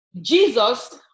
Jesus